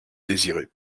désirer